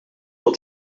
wil